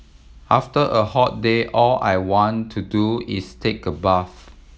after a hot day all I want to do is take a bath